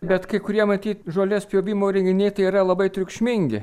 bet kai kurie matyt žolės pjovimo įrenginiai tai yra labai triukšmingi